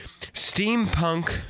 steampunk